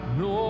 no